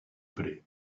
prêt